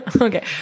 okay